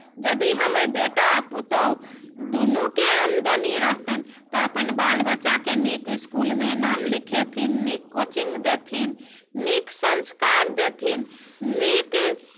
यदि हमर बेटा आ पुतहु दुनूके आमदनी रहतनि तऽ अपन बाल बच्चाके नीक इस्कुलमे नाम लिखेथिन नीक कोचिंग देथिन नीक संस्कार देथिन नीक